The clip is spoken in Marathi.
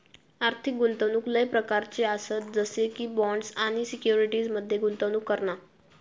आर्थिक गुंतवणूक लय प्रकारच्ये आसत जसे की बॉण्ड्स आणि सिक्युरिटीज मध्ये गुंतवणूक करणा